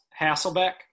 Hasselbeck